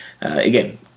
again